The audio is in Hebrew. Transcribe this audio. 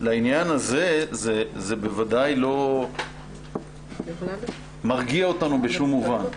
לעניין הזה זה בוודאי לא מרגיע אותנו בשום מובן.